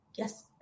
Yes